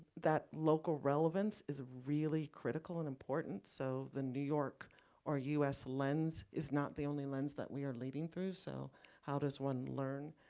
that local relevance is really critical and important. so the new york or us lens is not the only lens that we are leading through. so how does one learn